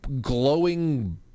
glowing